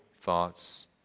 thoughts